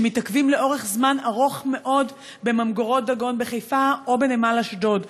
שמתעכבים לאורך זמן רב מאוד בממגורות "דגון" בחיפה או בנמל אשדוד.